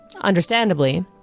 Understandably